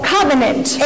Covenant